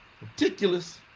meticulous